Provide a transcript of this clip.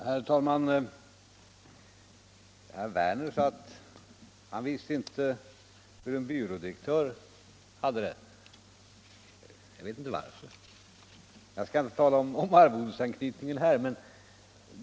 Herr talman! Herr Werner i Tyresö sade att han inte visste hur en byrådirektör hade det — jag vet inte varför. Jag skall inte tala om arvodesanknytningen nu.